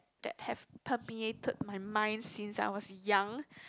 that have permeated my mind since I was young